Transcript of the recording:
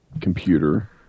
computer